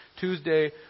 Tuesday